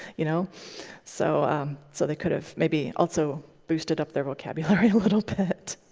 you know so um so they could have maybe also boosted up their vocabulary a little bit.